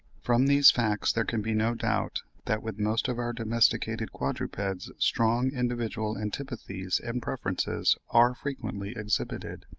from these facts there can be no doubt that, with most of our domesticated quadrupeds, strong individual antipathies and preferences are frequently exhibited,